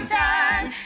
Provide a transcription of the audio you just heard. time